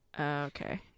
okay